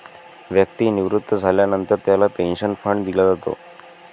व्यक्ती निवृत्त झाल्यानंतर त्याला पेन्शन फंड दिला जातो